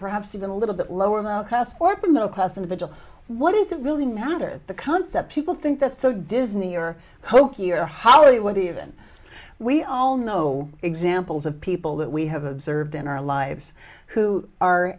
perhaps even a little bit lower class for a middle class individual what does it really matter the concept people think that's so disney or hokey or hollywood even we all know examples of people that we have observed in our lives who are